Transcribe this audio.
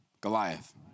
Goliath